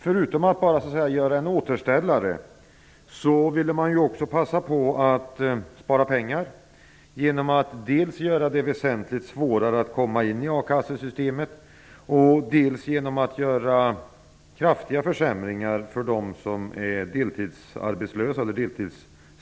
Förutom att man vill återställa vill man också passa på att spara pengar genom att dels göra det väsentligt svårare att komma in i a-kassesystemet, dels göra kraftiga försämringar för de deltidsarbetslösa.